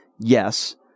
Yes